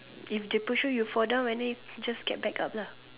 if they push you fall down and then you just get back up lah